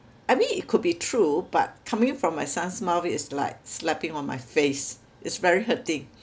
I mean it could be true but coming from my son's mouth is like slapping on my face it's very hurting